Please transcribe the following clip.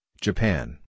Japan